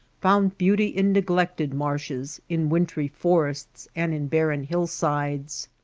found beauty in neglected marshes, in wintry forests, and in barren hill-sides!